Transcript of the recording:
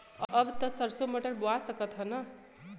अब त सरसो मटर बोआय सकत ह न?